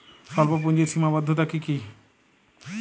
স্বল্পপুঁজির সীমাবদ্ধতা কী কী?